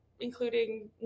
including